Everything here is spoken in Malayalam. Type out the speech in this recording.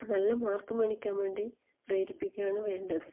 നല്ല മാർക്ക് മേടിക്കാൻ വേണ്ടി പ്രേരിപ്പിക്കുകയാണ് വേണ്ടത്